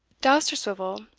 dousterswivel,